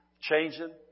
changing